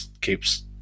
keeps